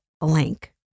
blank